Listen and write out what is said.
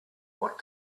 what